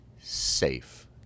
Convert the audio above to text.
safe